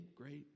great